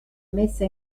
messa